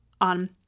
on